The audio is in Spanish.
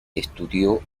estudió